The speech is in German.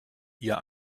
ihr